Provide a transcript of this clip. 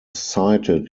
cited